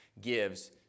gives